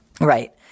Right